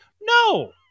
No